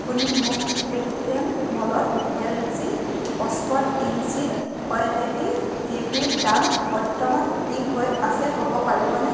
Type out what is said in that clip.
আপুনি মোক পেটিএম মলত এল জি পঁচপন্ন inch O L E D T ভিৰ দাম বৰ্তমান কি হৈ আছে ক'ব পাৰিবনে